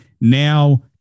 now